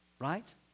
right